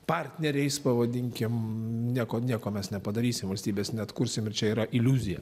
partneriais pavadinkim nieko nieko mes nepadarysim valstybės neatkursim ir čia yra iliuzija